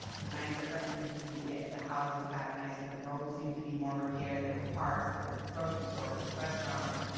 the nicer everything seemed to get. the houses got and nicer, the roads seemed to be more repaired, there were parks, there were grocery stores, there were restaurants,